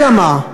אלא מה?